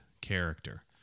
character